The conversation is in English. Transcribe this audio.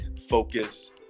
focus